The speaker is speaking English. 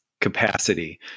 capacity